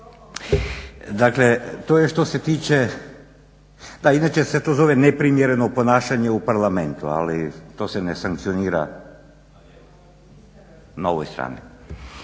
Dakle, to je što se tiče, da inače se to zove neprimjereno ponašanje u Parlamentu, ali to se ne sankcionira na ovoj strani.